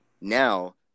Now